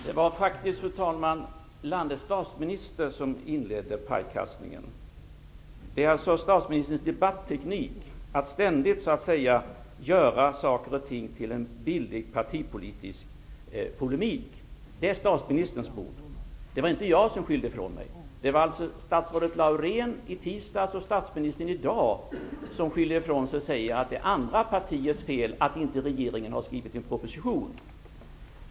Fru talman! Det var faktiskt landets statsminister som inledde pajkastningen. Det är statsministerns debatteknik att ständigt göra saker och ting till billig partipolitisk polemik. Det är statsministerns bord. Det var inte jag som skyllde ifrån mig. Det var statsrådet Laurén i tisdags och i dag var det statsministern som skyllde ifrån sig och sade att det är andra partiers fel att regeringen inte har skrivit någon proposition.